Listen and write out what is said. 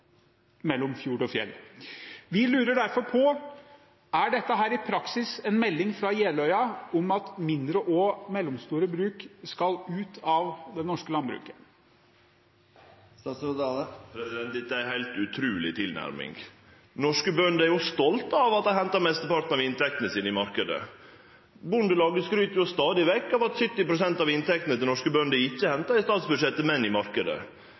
mellom fjord og fjell. Vi lurer derfor på: Er dette i praksis en melding fra Jeløya om at mindre og mellomstore bruk skal ut av det norske landbruket? Dette er ei heilt utruleg tilnærming. Norske bønder er jo stolte av at dei hentar mesteparten av inntektene sine i marknaden. Bondelaget skryt stadig vekk av at 70 pst. av inntektene til norske bønder ikkje er henta i statsbudsjettet, men i